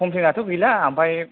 खमफ्लेननाथ' गैला ओमफ्राइ